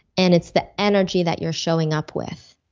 and it's the energy that you're showing up with,